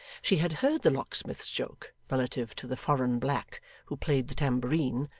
she had heard the locksmith's joke relative to the foreign black who played the tambourine,